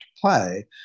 play